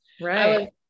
Right